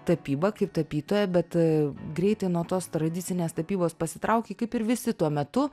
tapybą kaip tapytoja bet greitai nuo tos tradicinės tapybos pasitraukei kaip ir visi tuo metu